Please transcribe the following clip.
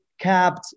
capped